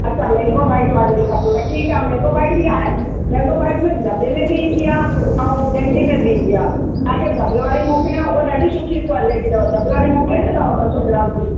अच्छा mango bite वारी बि खपेव ठीकु आहे मैंगो बाइट बि आहे मैंगो बाइट में दॿे में बि ईंदी आहे ऐं डंडी में बि ईंदी आहे तव्हांखे दॿे वारी मोकिलियाव उहा ॾाढी सुठी क्वालिटी अथव दॿे वारी मोकिले छॾियाव ॿ सौ ग्राम जी